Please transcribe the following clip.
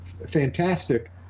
fantastic